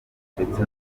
ndetse